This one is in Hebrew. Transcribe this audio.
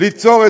ליצור,